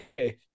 Okay